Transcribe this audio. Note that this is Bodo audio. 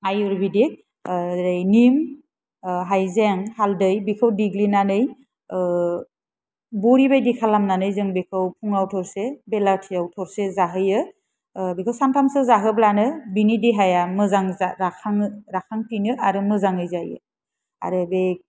आयुर्भेदिक एरै नीम हायजें हालदै बेखौ देग्लिनानै आह बरिबायदि खालामनानै जों बेखौ फुङाव थरसे बेलासियाव थरसे जाहोयो बिदि सानथामसो जाहोब्लानो बेनि देहाया मोजां राखाङो राखांफिनो आरो मोजाङै जायो आरो बे